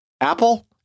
Apple